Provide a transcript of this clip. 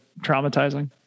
traumatizing